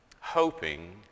hoping